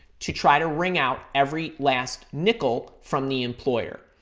to try to wring out every last nickel from the employer.